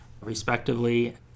respectively